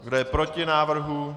Kdo je proti návrhu?